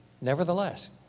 nevertheless